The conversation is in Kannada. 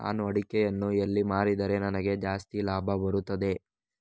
ನಾನು ಅಡಿಕೆಯನ್ನು ಎಲ್ಲಿ ಮಾರಿದರೆ ನನಗೆ ಜಾಸ್ತಿ ಲಾಭ ಬರುತ್ತದೆ?